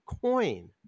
coin